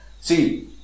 See